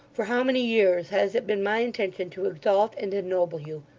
for how many years has it been my intention to exalt and ennoble you!